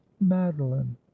madeline